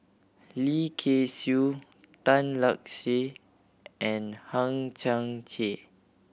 Lim Kay Siu Tan Lark Sye and Hang Chang Chieh